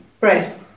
right